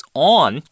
on